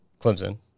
Clemson